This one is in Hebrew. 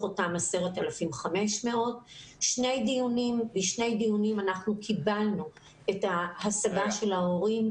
אותם 10,500. בשני דיונים קיבלנו את ההשגה של ההורים.